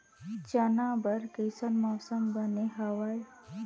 चना बर कइसन मौसम बने हवय?